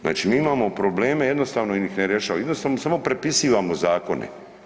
Znači mi imamo probleme jednostavno ih ne rješavamo, jednostavno samo pripisivamo zakone.